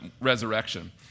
resurrection